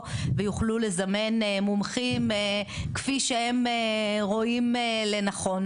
ויוכלו לזמן מומחים כפי שהם רואים לנכון,